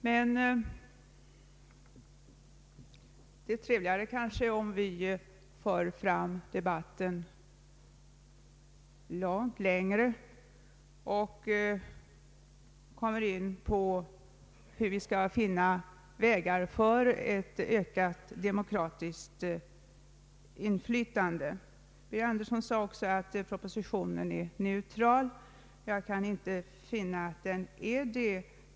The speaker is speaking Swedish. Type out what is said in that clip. Men det är kanske trevligare om vi för debatten framåt och kommer in på hur vi skall finna vägar för ett ökat demokratiskt inflytande. Herr Birger Andersson sade att propositionen är neutral. Jag kan inte finna att så är fallet.